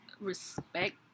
respect